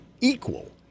equal